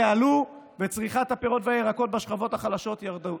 עלו וצריכת הפירות והירקות בשכבות החלשות ירדו.